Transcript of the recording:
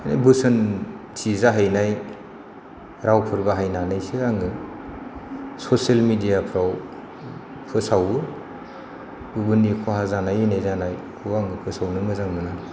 बोसोनथि जाहैनाय रावफोर बाहायनानैसो आङो ससियेल मिडियाफोराव फोसावो गुबुननि खहा जानाय इनाय जानायखौ आङो फोसावनो मोजां मोना